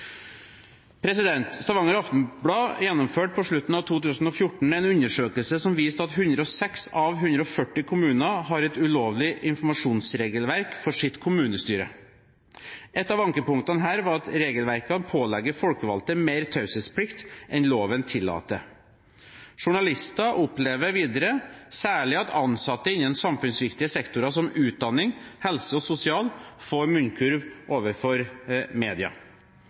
Stavanger Aftenblad gjennomførte i slutten av 2014 en undersøkelse som viste at 106 av 140 kommuner har et ulovlig informasjonsregelverk for sitt kommunestyre. Et av ankepunktene her var at regelverkene pålegger folkevalgte mer taushetsplikt enn loven tillater. Journalister opplever videre særlig at ansatte innen samfunnsviktige sektorer som utdanning, helse og sosial får munnkurv overfor media.